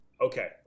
Okay